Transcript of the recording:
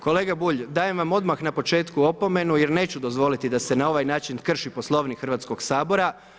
Kolega Bulj dajem vam odmah na početku opomenu jer neću dozvoliti da se na ovaj način krši Poslovnik Hrvatskog sabora.